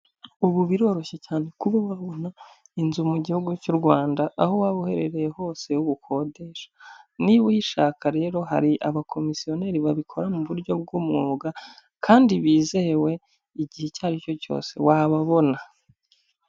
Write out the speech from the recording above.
Ubu biroroshye cyane kuba wabona inzu mu gihugu cy'u Rwanda aho waba uherereye hose ukodesha, niba uyishaka rero hari abakomisiyoneri babikora mu buryo bw'umwuga kandi bizewe, igihe icyo ari cyo cyose wababona.